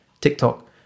tiktok